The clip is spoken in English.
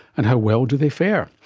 and how well do they fare?